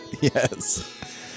Yes